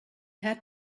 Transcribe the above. had